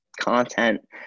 content